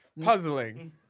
Puzzling